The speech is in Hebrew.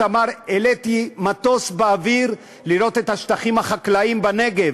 אמר: העליתי מטוס באוויר לראות את השטחים החקלאיים בנגב.